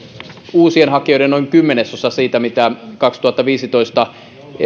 uusien hakijoiden oli noin kymmenesosa siitä mitä kaksituhattaviisitoista